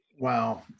Wow